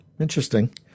interesting